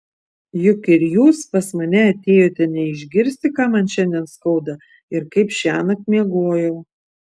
juk ir jūs pas mane atėjote ne išgirsti ką man šiandien skauda ir kaip šiąnakt miegojau